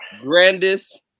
grandest